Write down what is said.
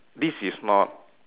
this is not